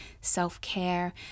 self-care